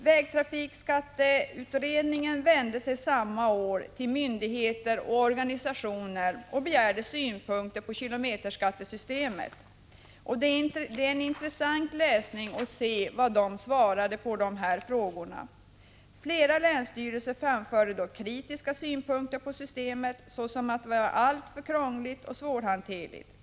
Vägtrafikskatteutredningen vände sig samma år till myndigheter och organisationer och begärde synpunkter på kilometerskattesystemet. Deras svar på frågorna är en intressant läsning. Flera länsstyrelser framförde då kritiska synpunkter på systemet, såsom att det var alltför krångligt och svårhanterligt.